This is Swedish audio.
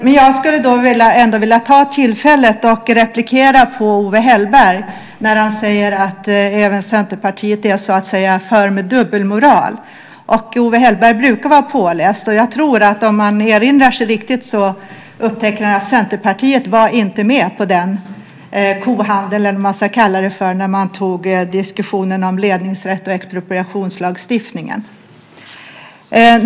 Men jag skulle ändå vilja ta detta tillfälle att replikera på Owe Hellberg när han säger att även Centerpartiet far med dubbelmoral. Owe Hellberg brukar vara påläst, och jag tror att om han erinrar sig riktigt upptäcker han att Centerpartiet inte var med på den kohandel där man diskuterade ledningsrätt och expropriationslagstiftning.